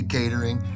Catering